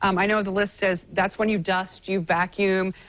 um i know the list says that's when you dust, you vacuum,